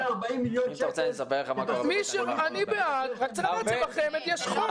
אני בעד רק --- בחמ"ד יש חוק.